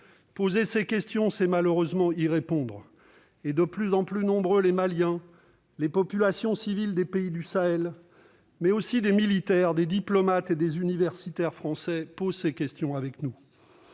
Poser ces questions, c'est malheureusement y répondre. De plus en plus de Maliens, les populations civiles des pays du Sahel, ainsi que des militaires, des diplomates, des universitaires français posent ces questions avec nous.